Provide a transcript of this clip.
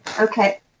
Okay